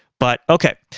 but. okay.